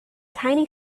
tiny